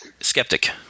Skeptic